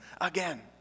again